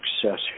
success